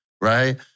right